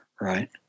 right